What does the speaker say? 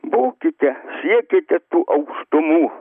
būkite siekite tų aukštumų